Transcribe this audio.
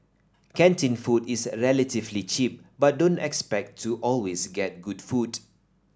canteen food is relatively cheap but don't expect to always get good food